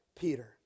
Peter